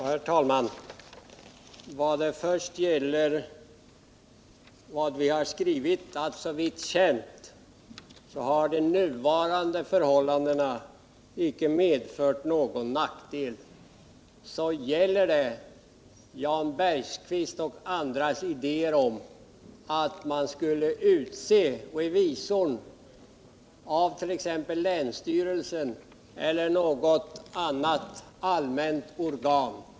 Herr talman! Vad först gäller vår skrivning, att såvitt känt nuvarande förhållanden icke har medfört någon nackdel, så har detta samband med Jan Bergqvists och andras idéer om att revisorer skulle utses av t.ex. länsstyrelsen eller något annat allmänt organ.